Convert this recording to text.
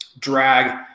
drag